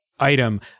item